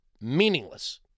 meaningless